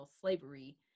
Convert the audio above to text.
slavery